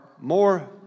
more